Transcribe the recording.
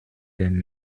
den